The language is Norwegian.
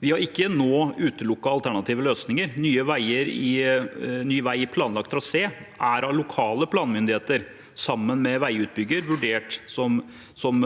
Vi har ikke utelukket alternative løsninger nå. Ny vei i planlagt trasé er av lokale planmyndigheter, sammen med veiutbygger, vurdert som